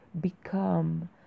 become